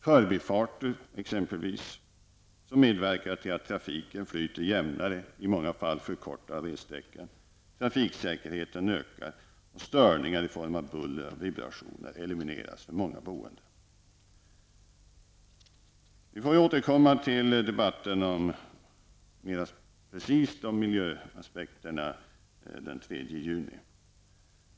Förbifarter exempelvis medverkar till att trafiken flyter jämnare och i många fall förkorta ressträckorna, trafiksäkerheten ökar och störningar i form av buller och vibrationer elimineras för många boende. Vi får återkomma närmare till debatten om miljöaspekterna på trafiken i debatten den 3 juni.